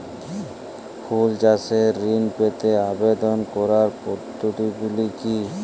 ফুল চাষে ঋণ পেতে আবেদন করার পদ্ধতিগুলি কী?